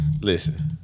Listen